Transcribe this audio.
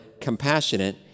compassionate